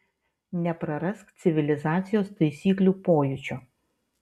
neprarask civilizacijos taisyklių pojūčio